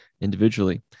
individually